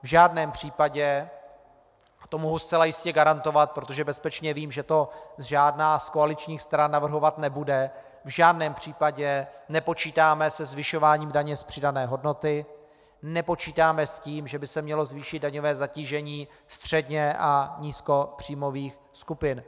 V žádném případě, to mohu zcela jistě garantovat, protože bezpečně vím, že to žádná z koaličních stran navrhovat nebude, v žádném případě nepočítáme se zvyšováním daně z přidané hodnoty, nepočítáme s tím, že by se mělo zvýšit daňové zatížení středně a nízkopříjmových skupin.